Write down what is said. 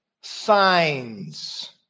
Signs